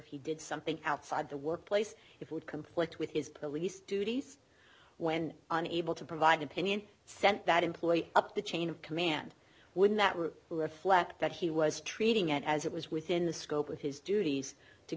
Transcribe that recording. he did something outside the workplace it would complete with his police duties when unable to provide opinion sent that employ up the chain of command would that were reflect that he was treating it as it was within the scope of his duties to